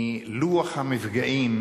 מלוח המפגעים